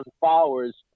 followers